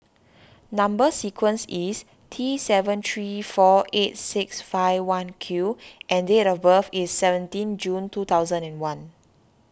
Number Sequence is T seven three four eight six five one Q and date of birth is seventeen June two thousand and one